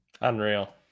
unreal